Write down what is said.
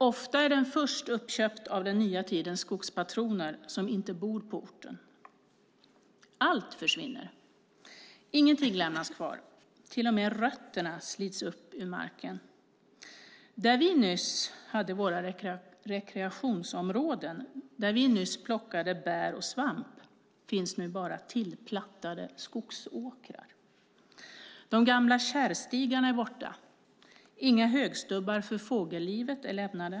Ofta är den först uppköpt av den nya tidens skogspatroner som inte bor på orten. Allt försvinner. Ingenting lämnas kvar. Till och med rötterna slits upp ur marken. Där vi nyss hade våra rekreationsområden och där vi nyss plockade bär och svamp finns det nu bara tillplattade skogsåkrar. De gamla kärrstigarna är borta. Inga högstubbar för fågellivet är kvarlämnade.